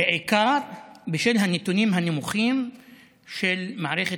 בעיקר בשל הנתונים הנמוכים של מערכת